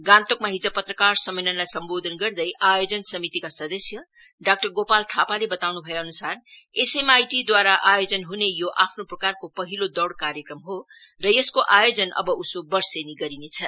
गान्तोकमा हिज पत्रकार सम्मेलनलाई सम्बोधन गर्दै आयोजन समितिका सदस्य डाक्टर गोपाल थापाले बताउन् भएअन्सार एसएमआइटीद्वारा आयोजन हने यो आफ्नो प्रकारको पहिलो दौइ कार्यक्रम हो र यसको आयोजन अबउसो वर्सोनी गरिनेछ